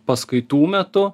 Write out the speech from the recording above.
paskaitų metu